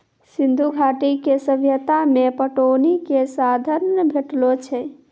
सिंधु घाटी के सभ्यता मे पटौनी के साधन भेटलो छै